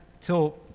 till